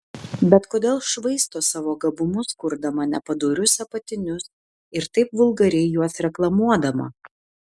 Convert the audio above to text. bet kodėl švaisto savo gabumus kurdama nepadorius apatinius ir taip vulgariai juos reklamuodama